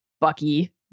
Bucky